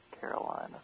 carolina